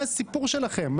הסיפור שלכם?